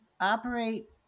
operate